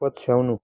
पछ्याउनु